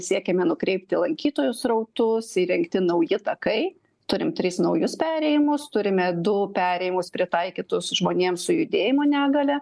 siekėme nukreipti lankytojų srautus įrengti nauji takai turim tris naujus perėjimus turime du perėjimus pritaikytus žmonėms su judėjimo negalia